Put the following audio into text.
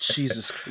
Jesus